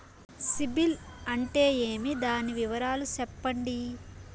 సిబిల్ అంటే ఏమి? దాని వివరాలు సెప్పండి?